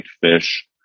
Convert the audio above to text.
fish